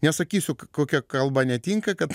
nesakysiu kokia kalba netinka kad